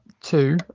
two